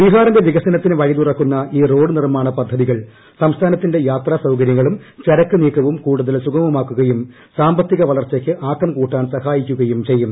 ബിഹാറിന്റെ വികസനത്തിന് ് വഴി തുറക്കുന്ന ഈ റോഡ് നിർമ്മാണപദ്ധതികൾ സംസഥാനത്തിന്റെ യാത്രാസൌകര്യങ്ങളും ചരക്കുനീക്കവും കൂടുതൽ സുഗമമാക്കുകയും സാമ്പത്തിക വളർച്ചയ്ക്ക് ആക്കം കൂട്ടാൻ സഹായിക്കുകയും ചെയ്യും